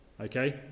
Okay